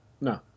No